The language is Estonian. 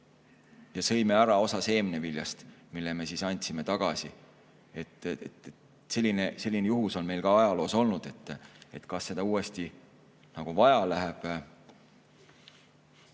ja sõime ära osa seemneviljast, mille me [pärast] andsime tagasi. Selline juhtum on meil ajaloos olnud. Kas seda uuesti vaja läheb?